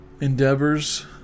endeavors